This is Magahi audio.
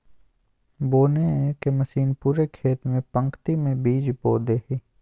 बोने के मशीन पूरे खेत में पंक्ति में बीज बो दे हइ